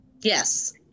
Yes